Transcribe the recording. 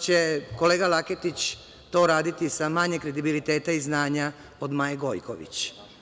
će kolega Laketić to raditi sa manje kredibiliteta i znanja od Maje Gojković.